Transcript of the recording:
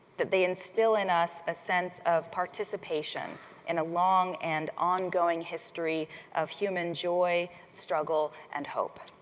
that they instill in us a sense of participation in a long and ongoing history of human joy, struggle, and hope.